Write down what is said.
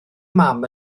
mam